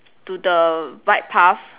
to the right path